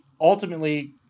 ultimately